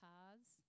cars